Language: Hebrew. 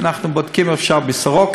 אנחנו בודקים אם אפשר בסורוקה.